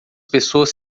pessoas